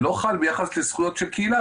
ולא חל ביחס לזכויות של קהילה,